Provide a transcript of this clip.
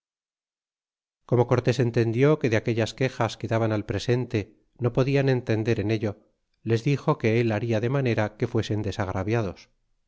como cortés entendió que de aquellas quejas que daban al presente no podian entender en ello les dixo que él baria de manera que fuesen desagraviados y